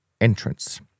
entrance